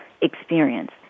experience